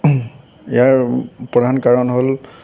ইয়াৰ প্ৰধান কাৰণ হ'ল